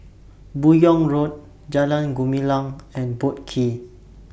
Buyong Road Jalan Gumilang and Boat Quay